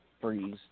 freeze